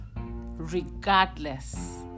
regardless